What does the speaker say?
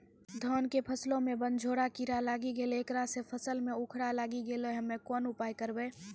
धान के फसलो मे बनझोरा कीड़ा लागी गैलै ऐकरा से फसल मे उखरा लागी गैलै हम्मे कोन उपाय करबै?